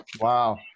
Wow